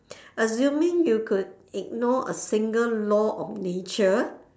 assuming you could ignore a single law of nature